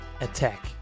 Attack